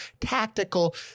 tactical